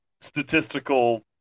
statistical